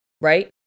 Right